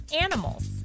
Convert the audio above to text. animals